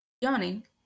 Yawning